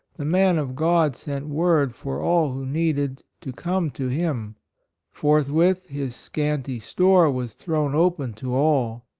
the man of god sent word for all who needed, to come to him forth with his scanty store was thrown open to all.